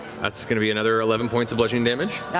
that's going to be another eleven points of bludgeoning damage.